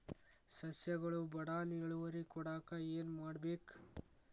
ಸಸ್ಯಗಳು ಬಡಾನ್ ಇಳುವರಿ ಕೊಡಾಕ್ ಏನು ಮಾಡ್ಬೇಕ್?